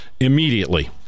Immediately